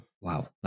Wow